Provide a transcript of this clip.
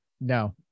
No